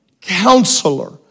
Counselor